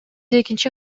экинчи